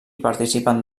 participen